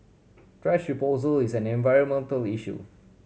thrash disposal is an environmental issue